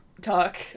talk